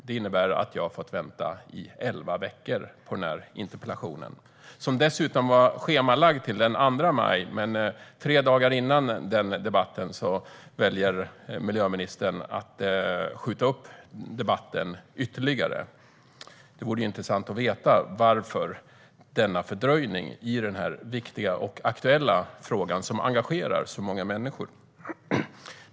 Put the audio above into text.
Det innebär att jag har fått vänta i elva veckor på den här debatten som dessutom var schemalagd till den 2 maj, men tre dagar innan den debatten valde miljöministern att skjuta upp debatten ytterligare. Det vore intressant att veta anledningen till denna fördröjning i denna viktiga och aktuella fråga som engagerar så många människor.